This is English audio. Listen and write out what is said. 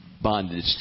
bondage